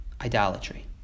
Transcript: idolatry